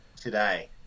today